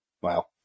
Wow